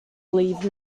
leave